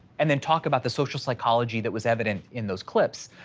and then talk about the social psychology that was evident in those clips.